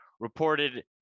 reported